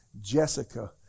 Jessica